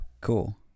Cool